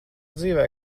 dzīvē